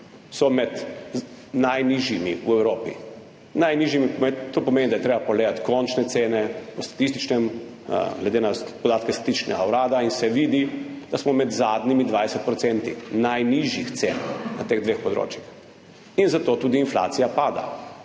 med najnižjimi v Evropi. To pomeni, da je treba pogledati končne cene glede na podatke statičnega urada, in se vidi, da smo med zadnjimi 20 % najnižjih cen na teh dveh področjih. Zato tudi inflacija pada.